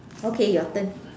okay your turn